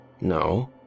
No